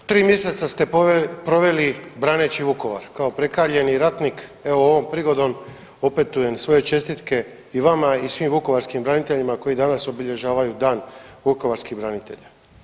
Tri mjeseca ste proveli braneći Vukovar kao prekaljeni ratnik evo ovom prigodom opetujem svoje čestitke i vama i svim vukovarskim braniteljima koji danas obilježavaju Dan vukovarskih branitelja.